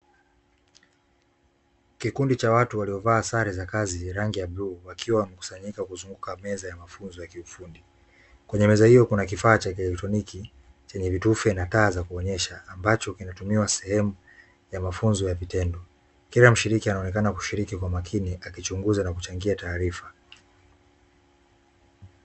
Kikundi cha watu waliovaa sare za kazi rangi ya bluu wakiwa wamekusanyika kuzunguka meza ya mafunzo ya kiufundi. Kwenye meza hiyo kuna kifaa cha kielektroniki chenye vitufe na taa za kuonyesha, ambacho kinatumiwa sehemu ya mafunzo ya vitendo kila mshiriki anaonekana kushiriki kwa makini akichunguza na kuchangia taarifa.